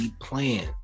plan